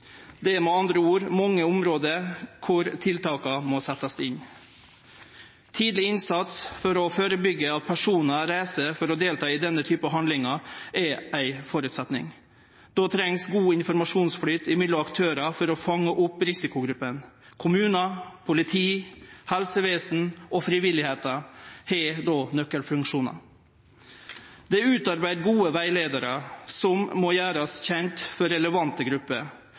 Det er med andre ord mange område kor tiltaka må setjast inn. Tidleg innsats for å førebyggje at personar reiser for å delta i denne typen handlingar, er ein føresetnad. Då trengst god informasjonsflyt mellom aktørar for å fange opp risikogruppa. Kommunar, politi, helsevesen og frivilligheita har då nøkkelfunksjonar. Det er utarbeidd gode rettleiarar som må verte gjord kjende for relevante grupper.